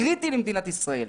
קריטי למדינת ישראל,